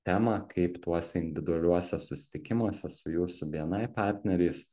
temą kaip tuose individualiuose susitikimuose su jūsų bni partneriais